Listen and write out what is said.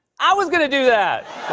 i was gonna do that.